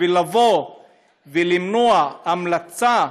בשביל למנוע המלצה?